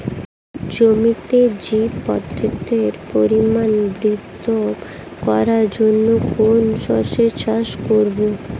জমিতে জৈব পদার্থের পরিমাণ বৃদ্ধি করার জন্য কোন শস্যের চাষ করবো?